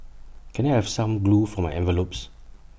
can I have some glue for my envelopes